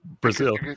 brazil